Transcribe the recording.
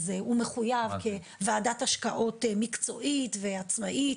אז הוא מחויב כוועדת השקעות מקצועית ועצמאית,